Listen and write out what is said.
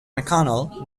mcconnell